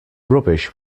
rubbish